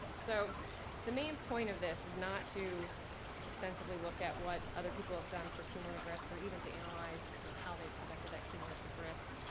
so the main point of this is not to extensively look at what other people have done for cumulative risk or even to analyze you know how they've conducted that cumulative risk.